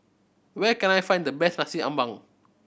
where can I find the best Nasi Ambeng